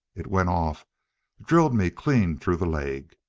it went off drilled me clean through the leg!